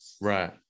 right